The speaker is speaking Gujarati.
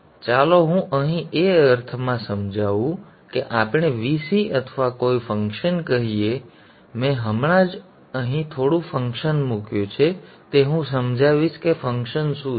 અને ચાલો હું અહીં એ અર્થમાં સમજાવું કે આપણે Vc અથવા કોઈ ફંક્શન કહીએ અને મેં હમણાં જ અહીં થોડું ફંક્શન મૂક્યું છે તે હું સમજાવીશ કે ફંક્શન શું છે